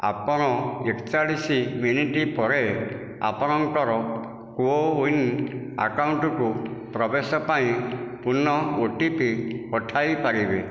ଆପଣ ଏକ ଚାଳିଶ ମିନିଟ୍ ପରେ ଆପଣଙ୍କର କୋ ୱିନ୍ ଆକାଉଣ୍ଟ୍କୁ ପ୍ରବେଶ ପାଇଁ ପୁନଃ ଓଟିପି ପଠାଇ ପାରିବେ